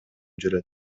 жүрөт